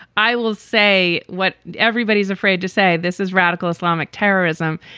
i will say, what everybody's afraid to say. this is radical islamic terrorism.